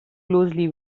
closely